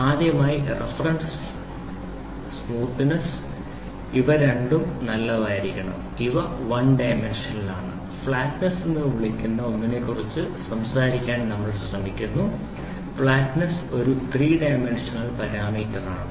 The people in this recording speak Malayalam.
ആദ്യമായി റഫ്നെസ് സ്മൂത്ത്നെസ് roughness smoothness ഇവ രണ്ടും നല്ലതായിരിക്കണം ഇവ 1D ആണ് ഫ്ലാറ്റ്നെസ് എന്ന് വിളിക്കുന്ന ഒന്നിനെക്കുറിച്ച് സംസാരിക്കാൻ നമ്മൾ ശ്രമിക്കുന്നു ഫ്ലാറ്റ്നെസ് ഒരു 3D പാരാമീറ്ററാണ്